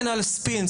וקרימינלספינס,